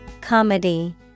Comedy